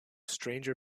stranger